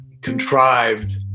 contrived